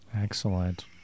Excellent